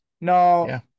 No